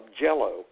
jello